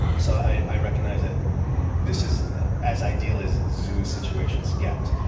so i recognise that this is as ideal as zoo situations get.